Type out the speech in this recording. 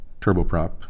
turboprop